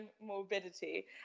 morbidity